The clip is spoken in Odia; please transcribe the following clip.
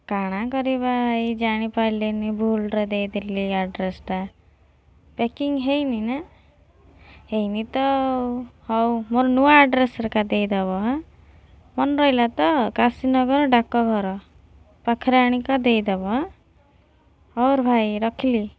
କାଣା କରିବା ଭାଇ ଜାଣିପାରିଲିନି ଭୁଲରେ ଦେଇଦେଲି ଆଡ୍ରେସଟା ପ୍ୟାକିଂ ହୋଇନିନା ହୋଇନି ତ ଆଉ ହେଉ ମୋର ନୂଆ ଆଡ୍ରେସରେକା ଦେଇଦବ ହାଁ ମନ ରହିଲା ତ କାଶୀନଗର ଡାକଘର ପାଖରେ ଆଣିକା ଦେଇଦବ ହାଁ ହଉର୍ ଭାଇ ରଖିଲି